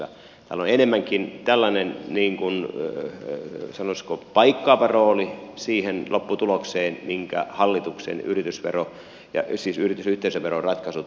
tällä on enemmänkin tällainen sanoisiko paikkaava rooli siihen lopputulokseen minkä hallituksen yritys yhteisöveroratkaisut tullessaan toivat